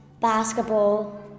basketball